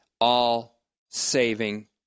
all-saving